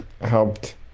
helped